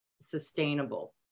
sustainable